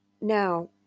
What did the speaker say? Now